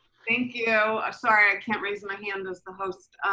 thank you, ah sorry i can't raise my hand as the host.